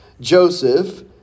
Joseph